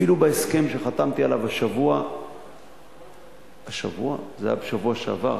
אפילו בהסכם שחתמתי עליו השבוע זה היה בשבוע שעבר,